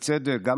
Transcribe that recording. בצדק,